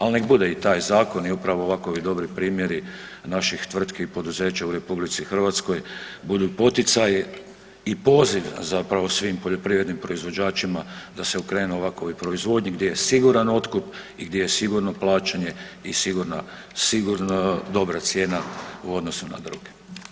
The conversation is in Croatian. Al nek bude i taj zakon i upravo ovakovi dobri primjeri naših tvrtki i poduzeća u RH budu poticaji i poziv zapravo svim poljoprivrednim proizvođačima da se okrenu ovakovoj proizvodnji gdje je siguran otkup i gdje je sigurno plaćanje i sigurna, sigurno dobra cijena u odnosu na druge.